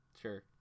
Sure